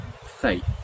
faith